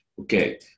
Okay